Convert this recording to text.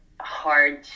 hard